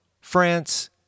France